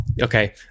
Okay